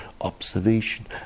observation